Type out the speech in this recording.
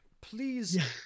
please